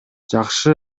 жакшы